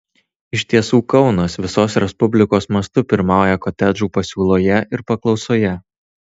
iš tiesų kaunas visos respublikos mastu pirmauja kotedžų pasiūloje ir paklausoje